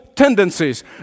tendencies